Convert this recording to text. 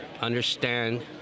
understand